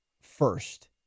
first